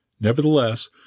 Nevertheless